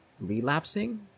relapsing